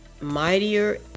mightier